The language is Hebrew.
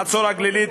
חצור-הגלילית,